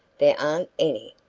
there aren't any,